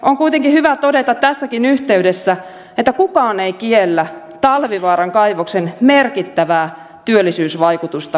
on kuitenkin hyvä todeta tässäkin yhteydessä että kukaan ei kiellä talvivaaran kaivoksen merkittävää työllisyysvaikutusta kainuun alueelle